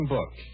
Book